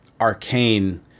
Arcane